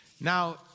Now